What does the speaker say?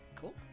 Cool